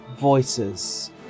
Voices